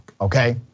okay